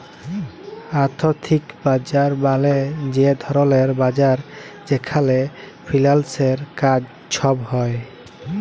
আথ্থিক বাজার মালে যে ধরলের বাজার যেখালে ফিল্যালসের কাজ ছব হ্যয়